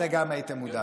גם אתה הייתה מודאג.